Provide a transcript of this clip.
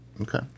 okay